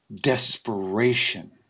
desperation